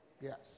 yes